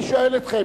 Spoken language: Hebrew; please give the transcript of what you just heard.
אני שואל אתכם.